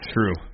True